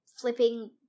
flipping